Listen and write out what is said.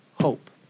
hope